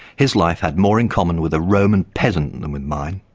his life had more in common with a roman peasant than with mine.